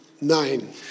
Nine